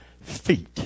feet